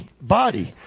body